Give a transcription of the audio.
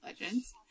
legends